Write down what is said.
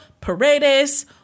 Paredes